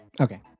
Okay